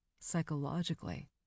Psychologically